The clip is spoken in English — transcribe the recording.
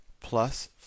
plus